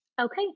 Okay